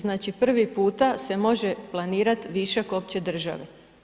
Znači prvi puta se može planirati višak opće države.